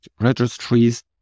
Registries